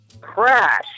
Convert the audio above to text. Crash